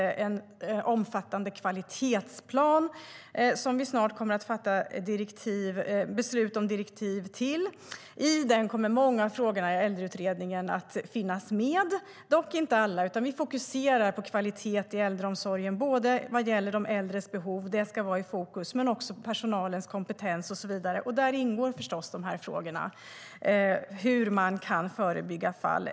Det är en omfattande kvalitetsplan som vi snart kommer att fatta beslut om direktiv till. I den kommer många av frågorna i Äldreutredningen att finnas med - dock inte alla. Vi fokuserar på kvalitet i äldreomsorgen både vad gäller de äldres behov, som ska vara i fokus, personalens kompetens och så vidare. Där ingår förstås frågorna om hur man kan förebygga fall.